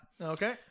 Okay